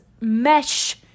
mesh